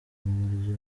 nk’uburyo